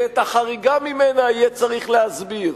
ואת החריגה ממנה יהיה צריך להסביר,